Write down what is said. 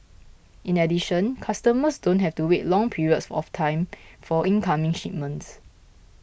in addition customers don't have to wait long periods of time for incoming shipments